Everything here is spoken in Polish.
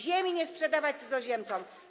ziemi nie sprzedawać cudzoziemcom.